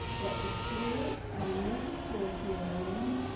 that was cleared at eleven forty a m,